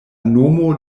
nomo